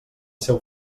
seu